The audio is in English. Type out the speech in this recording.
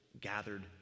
gathered